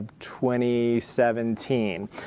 2017